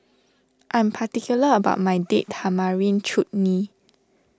I am particular about my Date Tamarind Chutney